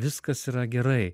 viskas yra gerai